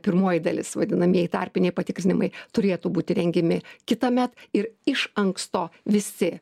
pirmoji dalis vadinamieji tarpiniai patikrinimai turėtų būti rengiami kitąmet ir iš anksto visi